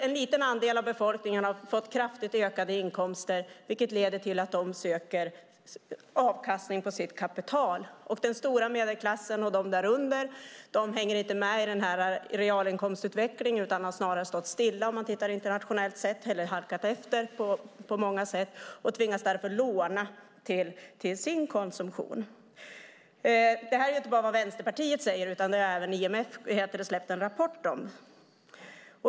En liten andel av befolkningen har fått kraftigt ökade inkomster, vilket leder till att de söker avkastning på sitt kapital. Den stora medelklassen och de därunder hänger inte med i realinkomstutvecklingen utan har snarare stått stilla, internationellt sett, eller halkat efter på många sätt och tvingas därför låna till sin konsumtion. Det här är inte bara vad Vänsterpartiet säger, utan det har även IMF släppt en rapport om.